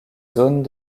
zones